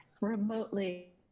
remotely